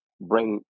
bring